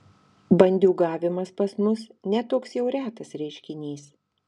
bandiūgavimas pas mus ne toks jau retas reiškinys